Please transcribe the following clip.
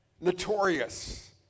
notorious